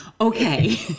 Okay